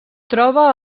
troba